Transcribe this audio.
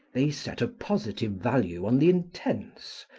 they set a positive value on the intense,